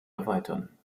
erweitern